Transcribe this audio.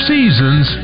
Seasons